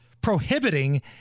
prohibiting